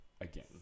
again